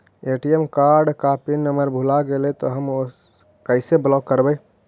ATM card को PIN number भुला गैले तौ हम कैसे ब्लॉक करवै?